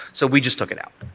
so we just took it out.